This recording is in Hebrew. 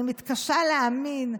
אני מתקשה להאמין,